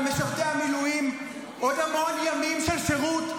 משרתי המילואים עוד המון ימים של שירות,